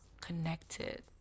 connected